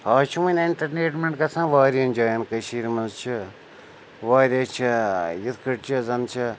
آز چھِ وۄنۍ اٮ۪نٹَرٹینمٮ۪نٛٹ گژھان واریاہَن جایَن کٔشیٖرِ منٛز چھِ واریاہ چھِ یِتھ کٔنۍ چھِ زَن چھِ